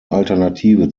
alternative